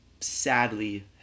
sadly